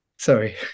Sorry